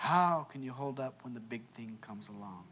how can you hold up when the big thing comes along